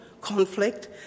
conflict